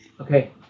Okay